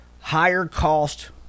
higher-cost